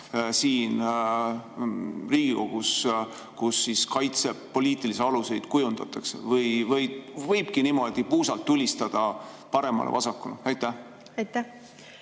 siin Riigikogus, kus kaitsepoliitilisi aluseid kujundatakse, või võibki niimoodi puusalt tulistada paremale-vasakule? Aitäh!